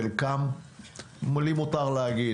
חלקם - לי מותר להגיד,